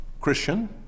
Christian